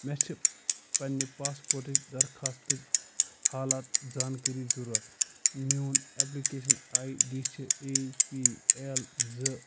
مےٚ چھِ پننہِ پاسپورٹٕچ درخوٛاستٕچ حالات زانکٲری ضروٗرت میٛون ایٚپلِکیشن آے ڈی چھِ اے پی ایٚل زٕ